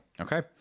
Okay